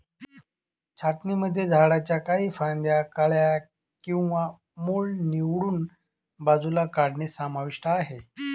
छाटणीमध्ये झाडांच्या काही फांद्या, कळ्या किंवा मूळ निवडून बाजूला काढणे समाविष्ट आहे